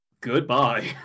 Goodbye